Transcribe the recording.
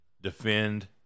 Defend